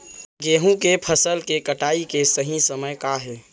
गेहूँ के फसल के कटाई के सही समय का हे?